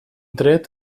tret